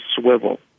swivel